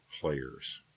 players